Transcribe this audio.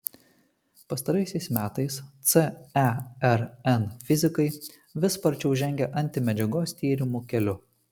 pastaraisiais metais cern fizikai vis sparčiau žengia antimedžiagos tyrimų keliu